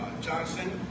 Johnson